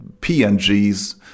PNGs